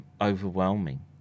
overwhelming